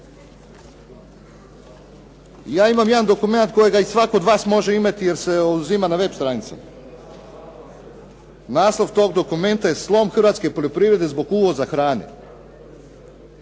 Ja imam jedan dokument kojega i svatko od vas može imati jer se uzima na web stranici. Naslov tog dokumenta je "Slom hrvatske poljoprivrede zbog uvoza hrane".